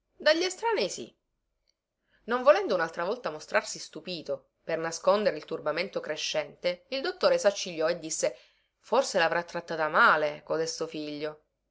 dagli estranei sì non volendo unaltra volta mostrarsi stupito per nascondere il turbamento crescente il dottore saccigliò e disse forse lavrà trattata male codesto figlio